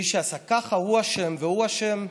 מי שעשה ככה הוא אשם והוא אשם.